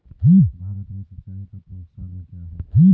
भारत में सिंचाई का प्रमुख साधन क्या है?